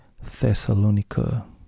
Thessalonica